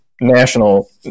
National